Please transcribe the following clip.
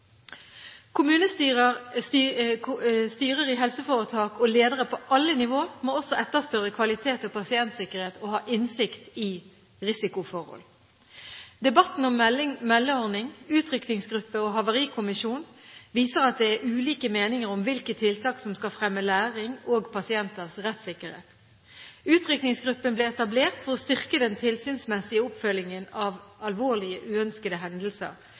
Kommunestyrer, styrer i helseforetak og ledere på alle nivåer må også etterspørre kvalitet og pasientsikkerhet og ha innsikt i risikoforhold. Debatten om meldeordning, utrykningsgruppe og havarikommisjon viser at det er ulike meninger om hvilke tiltak som skal fremme læring og pasienters rettssikkerhet. Utrykningsgruppen ble etablert for å styrke den tilsynsmessige oppfølgingen av alvorlige, uønskede hendelser.